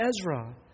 Ezra